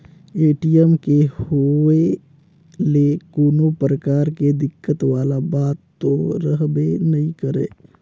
ATM के होए ले कोनो परकार के दिक्कत वाला बात तो रहबे नइ करे